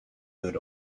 good